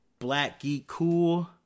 BlackGeekCool